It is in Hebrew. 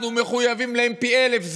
אנחנו מחויבים להם פי אלף.